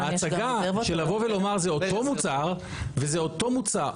ההצגה של לבוא ולומר זה אותו מוצר וזה אותו מוצר.